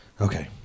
okay